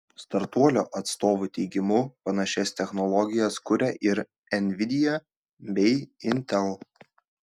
startuolio atstovų teigimu panašias technologijas kuria ir nvidia bei intel